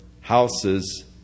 houses